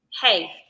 hey